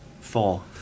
Four